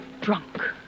drunk